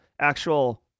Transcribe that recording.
actual